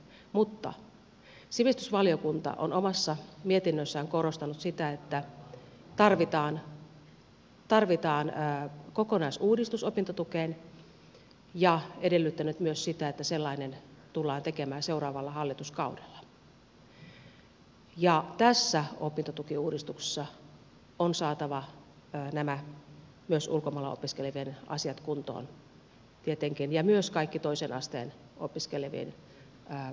mutta sivistysvaliokunta on omassa mietinnössään korostanut sitä että tarvitaan kokonaisuudistus opintotukeen ja edellyttänyt myös sitä että sellainen tullaan tekemään seuraavalla hallituskaudella ja tässä opintotukiuudistuksessa on saatava nämä myös ulkomailla opiskelevien asiat kuntoon tietenkin ja myös kaikki toisella asteella opiskelevien opintotukiasiat